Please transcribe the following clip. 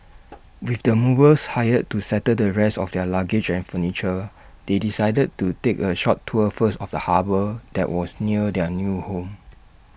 with the movers hired to settle the rest of their luggage and furniture they decided to take A short tour first of the harbour that was near their new home